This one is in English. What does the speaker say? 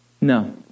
no